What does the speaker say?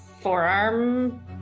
forearm